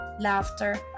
laughter